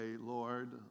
Lord